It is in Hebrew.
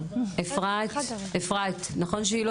אפרת, אני לא